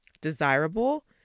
Desirable